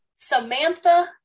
Samantha